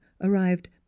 arrived